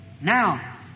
Now